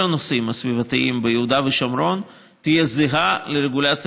הנושאים הסביבתיים ביהודה ושומרון תהיה זהה לרגולציה